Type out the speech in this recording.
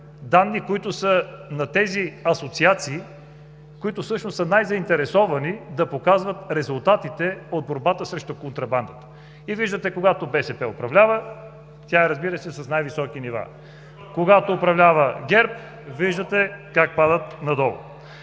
които са на тези асоциации, които всъщност са най-заинтересовани да показват резултатите от борбата срещу контрабандата. Виждате, че когато БСП управлява, тя е, разбира се, с най-високи нива. Когато управлява ГЕРБ, виждате как падат надолу.